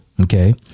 Okay